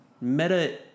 meta